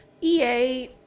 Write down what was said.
ea